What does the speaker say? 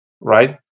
right